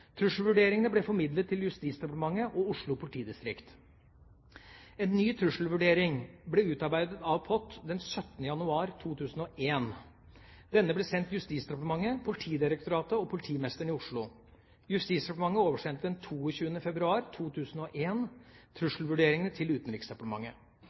ny trusselvurdering ble utarbeidet av POT den 17. januar 2001. Denne ble sendt Justisdepartementet, Politidirektoratet og politimesteren i Oslo. Justisdepartementet oversendte den 22. februar